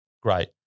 great